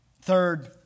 Third